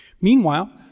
Meanwhile